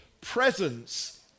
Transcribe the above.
presence